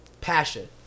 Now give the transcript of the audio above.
passion